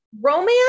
romance